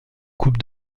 coupe